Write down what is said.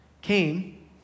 came